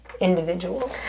individual